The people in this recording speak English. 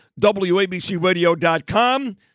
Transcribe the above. wabcradio.com